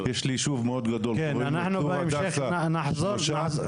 יש לי ישוב מאוד גדול --- אנחנו בהמשך נחזור לזה.